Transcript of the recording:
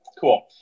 Cool